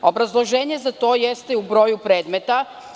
Obrazloženje za to jeste u broju predmeta.